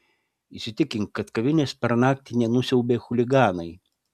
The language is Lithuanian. įsitikink kad kavinės per naktį nenusiaubė chuliganai